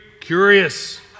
curious